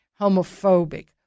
homophobic